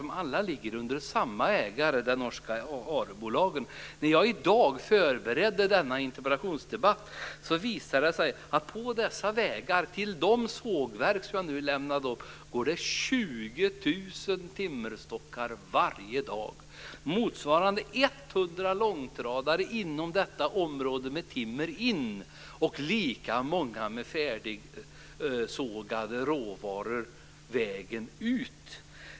De ligger alla under samma ägare, de norska När jag i dag förberedde denna interpellationsdebatt visade det sig att på vägarna till de sågverk som jag nu räknade upp går det 20 000 timmerstockar varje dag. Det motsvarar 100 långtradare med timmer som kommer in i detta område, och lika många med färdigsågade råvaror som tar vägen ut.